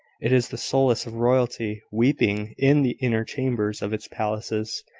it is the solace of royalty weeping in the inner chambers of its palaces,